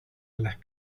las